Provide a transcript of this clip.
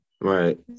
Right